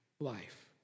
life